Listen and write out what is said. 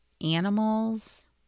animals